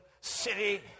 city